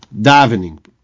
davening